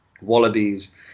wallabies